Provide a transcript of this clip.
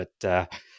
but-